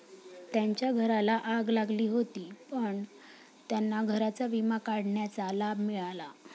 त्यांच्या घराला आग लागली होती पण त्यांना घराचा विमा काढण्याचा लाभ मिळाला